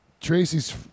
Tracy's